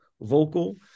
vocal